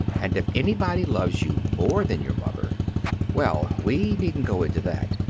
and if anybody loves you more than your mother well, we needn't go into that,